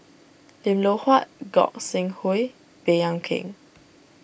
Lim Loh Huat Gog Sing Hooi Baey Yam Keng